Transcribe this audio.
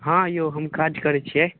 हँ यौ हम काज करै छियै